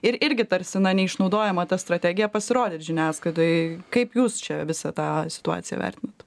ir irgi tarsi na neišnaudojama ta strategija pasirodyt žiniasklaidoj kaip jūs čia visą tą situaciją vertinat